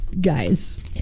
guys